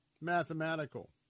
mathematical